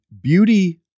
beauty